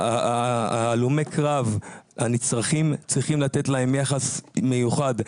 הלומי הקרב הנצרכים צריכים לתת להם יחס מיוחד,